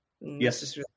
Yes